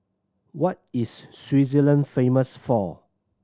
what is Swaziland famous for